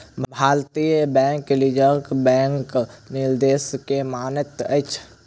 भारतीय bank reserve बैंकक निर्देश के मानैत अछि